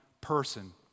person